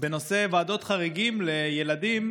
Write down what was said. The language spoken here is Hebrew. בנושא ועדות חריגים לילדים